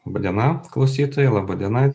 laba diena klausytojai laba diena